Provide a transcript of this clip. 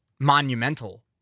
monumental